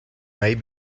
may